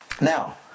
Now